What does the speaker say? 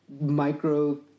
micro